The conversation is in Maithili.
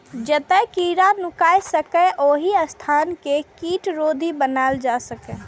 जतय कीड़ा नुकाय सकैए, ओहि स्थान कें कीटरोधी बनाएल जा सकैए